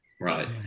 right